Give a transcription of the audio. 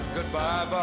Goodbye